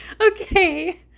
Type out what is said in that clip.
Okay